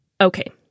Okay